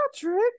Patrick